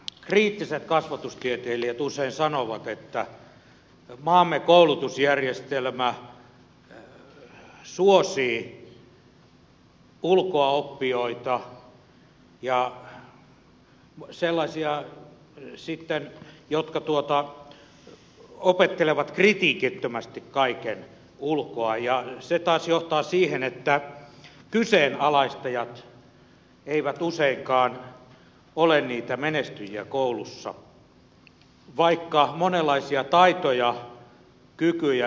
kriittiset kasvatustieteilijät usein sanovat että maamme koulutusjärjestelmä suosii ulkoaoppijoita ja sellaisia jotka opettelevat kritiikittömästi kaiken ulkoa ja se taas johtaa siihen että kyseenalaistajat eivät useinkaan ole menestyjiä koulussa vaikka heillä olisi monenlaisia taitoja ja kykyjä